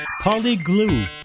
polyglue